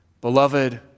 Beloved